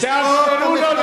מה הם דורשים?